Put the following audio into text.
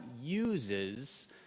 uses